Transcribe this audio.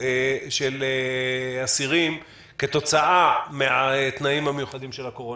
של אסירים כתוצאה מהתנאים המיוחדים של הקורונה.